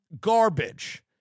garbage